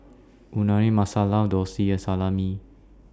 Unagi Masala Dosa and Salami